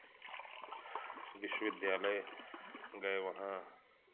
विश्वविद्यालय गए वहाँ